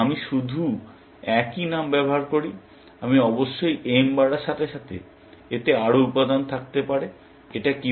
তাই আমি শুধু একই নাম ব্যবহার করি কিন্তু অবশ্যই m বাড়ার সাথে সাথে এতে আরও উপাদান থাকতে পারে